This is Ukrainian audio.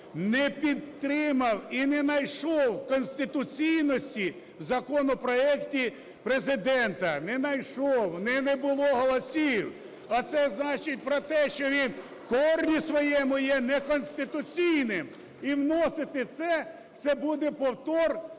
не підтримав і не знайшов конституційності в законопроекті Президента, не знайшов, не було голосів. А це значить про те, що він в корні своєму є неконституційним і вносити це, це буде повтор